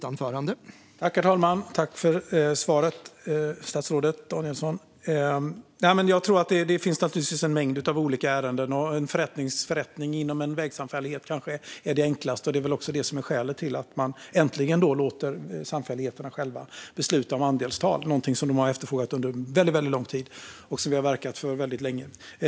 Herr talman! Jag tackar statsrådet Danielsson för svaret. Det finns givetvis en mängd olika ärenden. En förrättning inom en vägsamfällighet är kanske det enklaste, och det är väl skälet till att man äntligen låter samfälligheterna själva besluta om andelstal - något som efterfrågats under lång tid och som vi länge har verkat för.